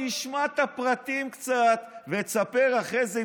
תשמע את הפרטים קצת ותספר אחרי זה,